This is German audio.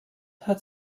hat